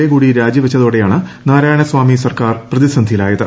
A കൂടി രാജി വച്ച്തോടെയാണ് നാരായണ സ്വാമി സർക്കാർ പ്രതിസന്ധിയിലായ്ത്